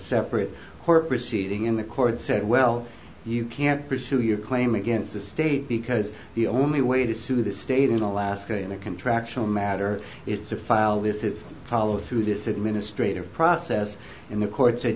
separate court proceeding in the court said well you can't pursue your claim against the state because the only way to sue the state in alaska in a contractual matter is to file its follow through this administrative process in the court